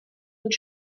und